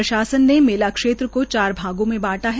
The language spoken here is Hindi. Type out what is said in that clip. प्रशासन ने मेला को चार भागों में बांटा है